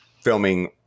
filming